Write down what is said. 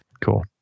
cool